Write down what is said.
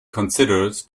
considered